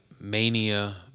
mania